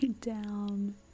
down